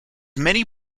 many